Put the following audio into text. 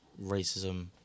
racism